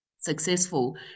successful